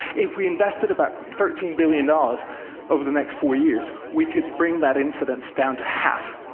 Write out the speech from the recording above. if we invested about thirteen billion dollars over the next four years, we could bring that incidence down to half.